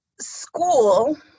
school